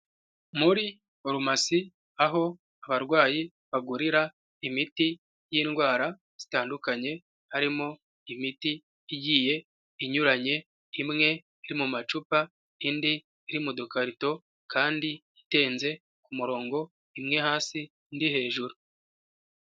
Muri foromasi aho abarwayi bagurira imiti y'indwara zitandukanye , harimo imiti igiye inyuranye, imwe yo mu macupa, indi iri mu dukarito kandi itenze ku murongo, imwe hasi ndi hejuru.